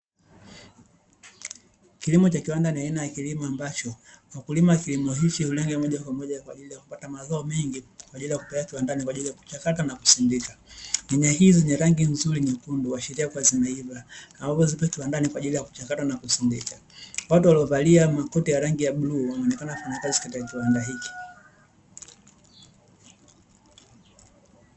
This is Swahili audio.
Kilimo cha kiwanda ni aina ya kilimo ambacho wakulima wa kilimo hichi hulenga moja kwa moja kwaajili ya kupata mazao mengi, kwaajili ya kupeleka kiwandani kwaajili ya kuchakata na kusindika, nyanya hizi zenye rangi nzuri nyekundu, zinaashiria kua zimeiva ambazo ziko kiwandani kwaajili ya kuchakatwa na kusindikwa, watu waliovalia makoti ya rangi ya bluu wanaonekana wafanyakazi katika kiwanda hiki.